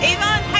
Avon